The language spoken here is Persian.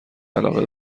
علاقه